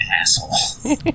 asshole